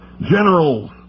generals